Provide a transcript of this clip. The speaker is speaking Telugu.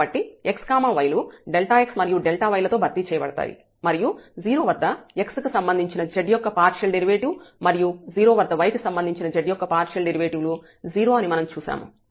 కాబట్టి x y లు x మరియు y లతో భర్తీ చేయబడతాయి మరియు 0 వద్ద x కి సంబంధించిన z యొక్క పార్షియల్ డెరివేటివ్ మరియు 0 వద్ద y కి సంబంధించిన z యొక్క పార్షియల్ డెరివేటివ్ లు 0 అని మనం చూశాము